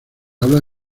habla